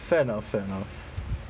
fair enough fair enough